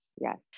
yes